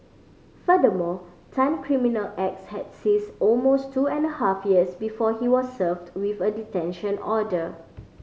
furthermore Tan criminal acts has ceased almost two and a half years before he was served with a detention order